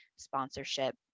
sponsorship